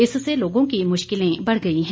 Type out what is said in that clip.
इससे लोगों की मुश्किलें बढ़ गई हैं